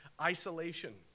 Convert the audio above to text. isolation